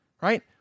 Right